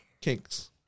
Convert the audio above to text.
kinks